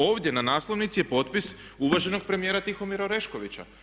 Ovdje na naslovnici je potpis uvaženog premijera Tihomira Oreškovića.